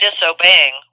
disobeying